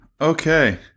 Okay